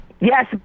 Yes